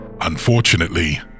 Unfortunately